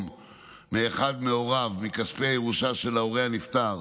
מאחד מהוריו מכספי הירושה של ההורה הנפטר